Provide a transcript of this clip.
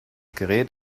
gerät